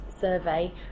survey